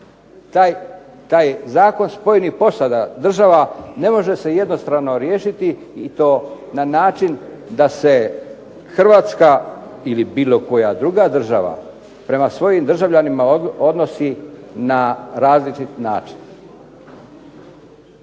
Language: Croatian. Taj zakon spojenih posada država ne može se jednostrano riješiti i to na način da se Hrvatska ili bilo koja druga država prema svojim državljanima odnosi na različit način.